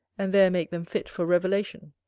and there make them fit for revelation.